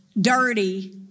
dirty